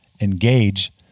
engage